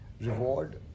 Reward